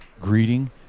greeting